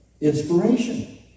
inspiration